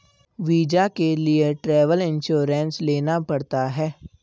visa के लिए travel insurance लेना पड़ता है